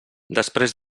després